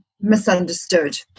misunderstood